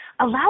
Allow